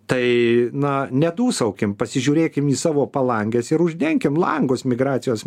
tai na nedūsaukim pasižiūrėkim į savo palanges ir uždenkim langus migracijos